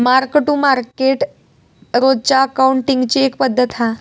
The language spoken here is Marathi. मार्क टू मार्केट रोजच्या अकाउंटींगची एक पद्धत हा